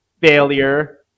failure